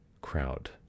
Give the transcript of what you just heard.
crowd